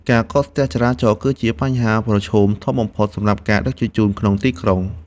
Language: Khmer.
ការកកស្ទះចរាចរណ៍គឺជាបញ្ហាប្រឈមធំបំផុតសម្រាប់ការដឹកជញ្ជូនក្នុងទីក្រុង។